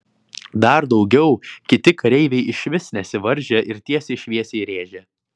dar daugiau kiti kareiviai išvis nesivaržė ir tiesiai šviesiai rėžė